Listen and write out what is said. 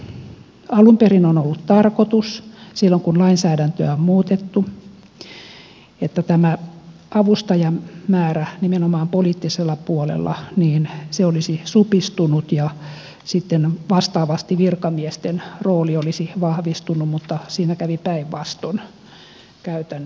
alun perin on ollut tarkoitus silloin kun lainsäädäntöä on muutettu että tämä avustajamäärä nimenomaan poliittisella puolella olisi supistunut ja sitten vastaavasti virkamiesten rooli olisi vahvistunut mutta käytännössä siinä kävi päinvastoin